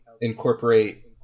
incorporate